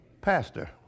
pastor